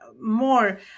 more